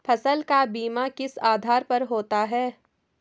फसल का बीमा किस आधार पर होता है?